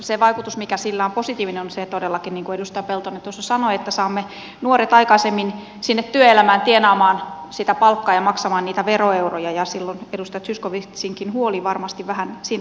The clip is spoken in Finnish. se vaikutus mikä sillä on positiivinen on se todellakin niin kuin edustaja peltonen tuossa sanoi että saamme nuoret aikaisemmin sinne työelämään tienaamaan sitä palkkaa ja maksamaan niitä veroeuroja ja silloin edustaja zyskowiczinkin huoli varmasti vähän siinä suhteessa helpottuu